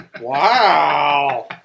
Wow